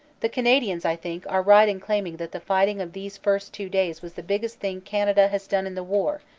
the canadians, i think, are right in claiming that the fighting of these first two days was the biggest thing canada has done in the war,